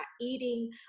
eating